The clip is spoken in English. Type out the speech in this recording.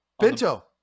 Pinto